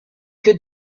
que